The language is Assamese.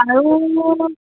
আৰু